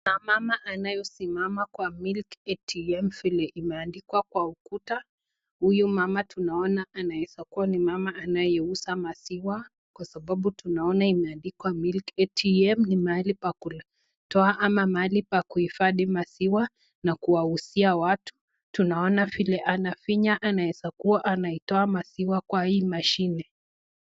Kuna mama anayesimama kwenye milk ATM , vile imeendikwa kwa ukuta huyu mama tunaona anaeza kuwa ni mama anayeuza maziwa, kwa sababu tunaona imeandikwa milk ATM ,ni mahali pakutoa ama ni mahali ya kuhifadhi maziwa, na kuwauzia watu naona vile anafinya anayezakuwa anatoa maziwa kwa hii mashini.